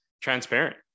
transparent